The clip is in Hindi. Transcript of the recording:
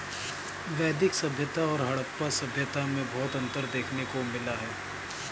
वैदिक सभ्यता और हड़प्पा सभ्यता में बहुत अन्तर देखने को मिला है